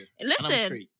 Listen